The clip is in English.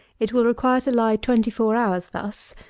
it will require to lie twenty-four hours thus,